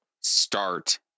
start